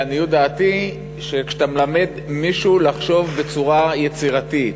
לעניות דעתי: שכשאתה מלמד מישהו לחשוב בצורה יצירתית,